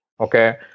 Okay